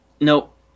Nope